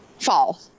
Fall